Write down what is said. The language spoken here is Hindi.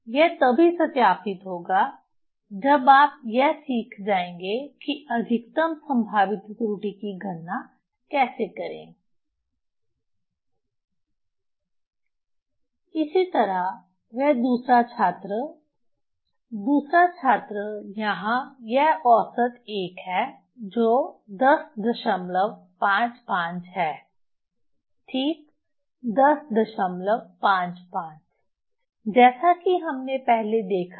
यह तभी सत्यापित होगा जब आप यह सीख जाएंगे कि अधिकतम संभावित त्रुटि की गणना कैसे करें इसी तरह वह दूसरा छात्र दूसरा छात्र यहाँ यह औसत a है जो 1055 है ठीक 1055 जैसा कि हमने पहले देखा है